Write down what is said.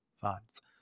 funds